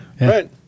Right